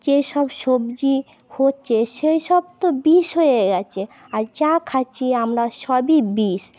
যেসব সবজি হচ্ছে সেসব তো বিষ হয়ে গেছে আর যা খাচ্ছি আমরা সবই বিষ